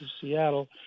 Seattle